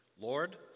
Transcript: Lord